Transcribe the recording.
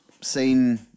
seen